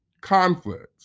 conflict